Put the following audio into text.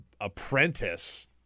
Apprentice